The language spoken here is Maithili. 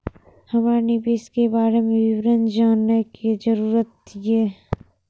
हमरा निवेश के बारे में विवरण जानय के जरुरत ये?